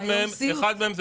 אחד מהם זה